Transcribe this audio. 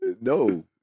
No